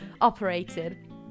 operated